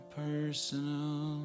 personal